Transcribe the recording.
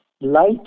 light